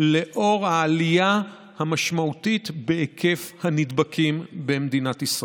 לאור העלייה המשמעותית בהיקף הנדבקים במדינת ישראל.